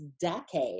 decade